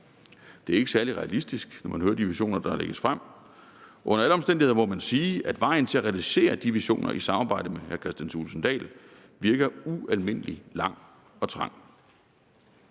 det er ikke særlig realistisk, når man hører de visioner, der lægges frem. Under alle omstændigheder må man sige, at vejen til at realisere de visioner i samarbejde med hr. Kristian Thulesen Dahl virker ualmindelig lang og trang.